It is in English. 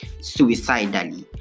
suicidally